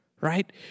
Right